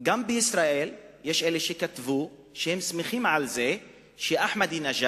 גם בישראל יש כאלה שכתבו שהם שמחים על זה שאחמדינג'אד